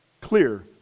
clear